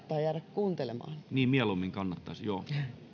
menkää rauhassa niin mieluummin kannattaisi no